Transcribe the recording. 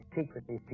secretly